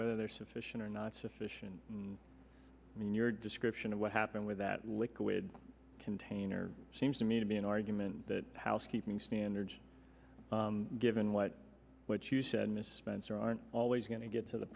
whether they're sufficient or not sufficient i mean your description of what happened with that liquid container seems to me to be an argument that housekeeping standards given what what you said miss spencer aren't always going to get to the